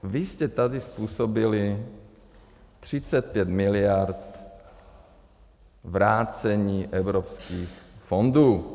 Vy jste tady způsobili 35 miliard vrácení evropských fondů.